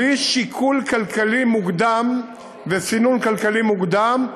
בלי שיקול כלכלי מוקדם וסינון כלכלי מוקדם.